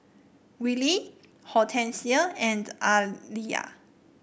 Willie Hortencia and Aaliyah